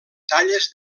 talles